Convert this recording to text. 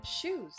shoes